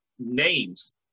names